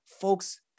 folks